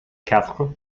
quatre